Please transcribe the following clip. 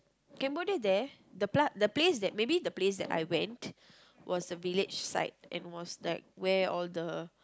Cambodia there the pla~ the place maybe the place that I went was a village side and was like where all the